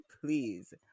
please